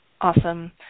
Awesome